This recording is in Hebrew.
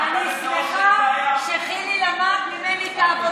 אני שמחה שחילי למד ממני את העבודה.